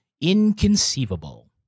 Inconceivable